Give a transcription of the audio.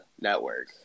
network